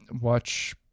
Watch